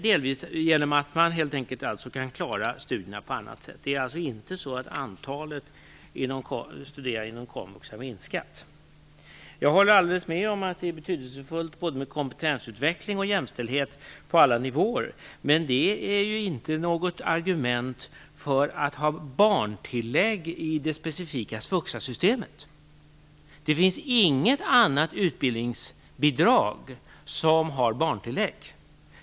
Det är alltså inte så att antalet studerande inom komvux har minskat. Jag håller med om att det är betydelsefullt både med kompetensutveckling och med jämställdhet på alla nivåer. Men det är inte något argument för att ha barntillägg i det specifika svuxasystemet. Det finns inget annat utbildningsbidrag som har barntillägg.